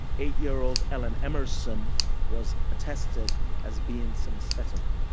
eight year old ellen emerson was attested as being synesthetic.